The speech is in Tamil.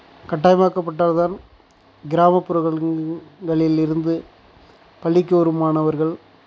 கட்டாயமாக்கப்பட்டால் தான் கிராமப்புறங்களிலிருந்து பள்ளிக்கு வரும் மாணவர்கள்